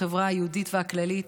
בחברה היהודית והכללית,